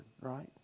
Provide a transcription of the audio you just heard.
right